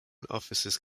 officers